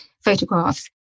photographs